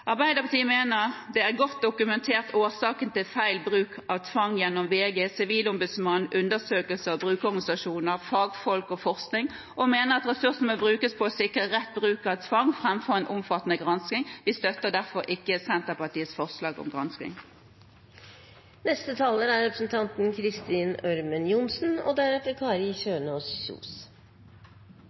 Arbeiderpartiet mener årsakene til feil bruk av tvang er godt dokumentert gjennom VG, Sivilombudsmannens undersøkelser, brukerorganisasjoner, fagfolk og forskning, og mener at ressursene bør brukes på å sikre rett bruk av tvang framfor en omfattende gransking. Vi støtter derfor ikke Senterpartiets forslag om gransking. President, jeg får vel også slutte meg til gratulasjonene med dagen. Det er